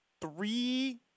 three –